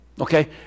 Okay